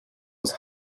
aus